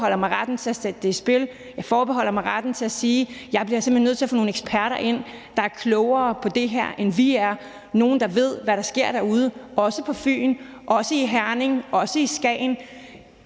Jeg forbeholder mig retten til at sætte det i spil, og jeg forbeholder mig ret til at sige, at jeg simpelt hen bliver nødt til at få nogle eksperter ind, der er klogere på det her, end vi er, altså nogen, der ved, hvad der sker derude – også på Fyn, også i Herning og også i Skagen.